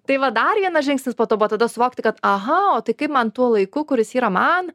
tai va dar vienas žingsnis po to buvo tada suvokti kad aha o tai kaip man tuo laiku kuris yra man